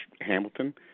Hamilton